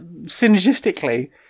synergistically